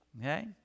Okay